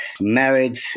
Married